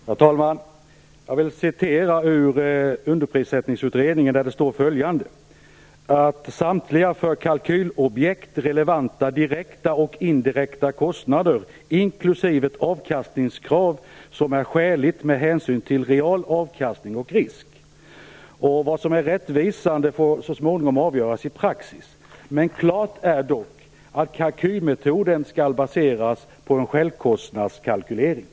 Herr talman! Jag vill läsa ur Underprissättningsutredningen, där det står följande: samtliga för kalkylobjekt relevanta direkta och indirekta kostnader inklusive ett avkastningskrav som är skäligt med hänsyn till real avkastning och risk. Vad som är rättvisande får så småningom avgöras i praxis. Men klart är dock att kalkylmetoden skall baseras på en självkostnadskalkylering.